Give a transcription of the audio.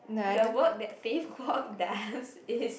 the work that says quote dance is